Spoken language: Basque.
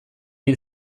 hil